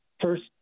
First